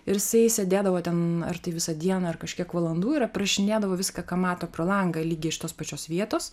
ir jisai sėdėdavo ten ar tai visą dieną ar kažkiek valandų ir aprašinėdavo viską ką mato pro langą lyg iš tos pačios vietos